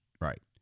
Right